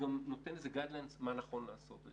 וגם נותן הנחיות מה נכון לעשות.